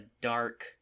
dark